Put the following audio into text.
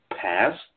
past